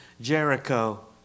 Jericho